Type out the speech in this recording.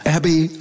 Abby